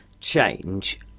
change